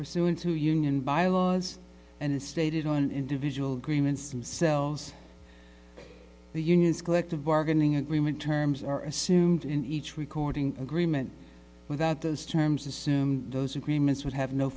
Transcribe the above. pursuant to union bylaws and as stated on individual greenman stem cells the union's collective bargaining agreement terms are assumed in each recording agreement without those terms assume those agreements would have no